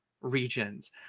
regions